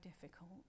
difficult